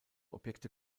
objekte